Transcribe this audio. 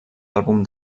àlbum